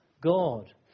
God